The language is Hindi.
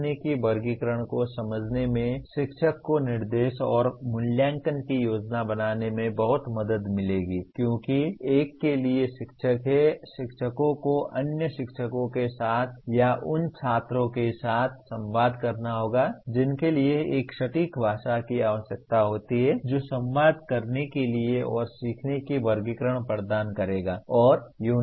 सीखने की वर्गीकरण को समझने में शिक्षक को निर्देश और मूल्यांकन की योजना बनाने में बहुत मदद मिलेगी क्योंकि एक के लिए शिक्षक हैं शिक्षकों को अन्य शिक्षकों के साथ या उन छात्रों के साथ संवाद करना होगा जिनके लिए एक सटीक भाषा की आवश्यकता होती है जो संवाद करने के लिए और सीखने की वर्गीकरण प्रदान करेगा